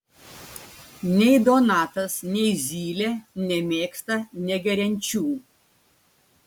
nei donatas nei zylė nemėgsta negeriančių